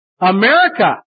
America